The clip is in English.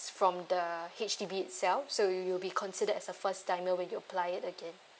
from the H_D_B itself so you you'll be considered as a first timer when you apply it again